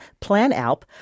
Planalp